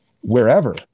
wherever